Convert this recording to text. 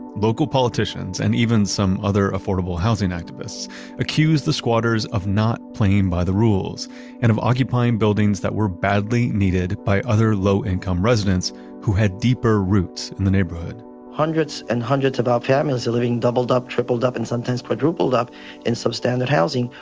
local politicians and even some other affordable housing activists accused the squatters of not playing by the rules and of occupying buildings that were badly needed by other low income residents who had deeper roots in the neighborhood hundreds and hundreds of our families are living doubled up, tripled up and sometimes quadrupled up in substandard housing,